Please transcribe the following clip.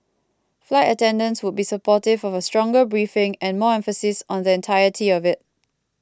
flight attendants would be supportive of a stronger briefing and more emphasis on the entirety of it